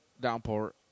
Downpour